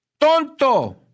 Tonto